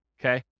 okay